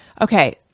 Okay